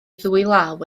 ddwylaw